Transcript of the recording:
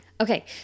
Okay